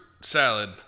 salad